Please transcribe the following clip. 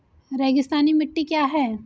रेगिस्तानी मिट्टी क्या है?